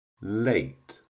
late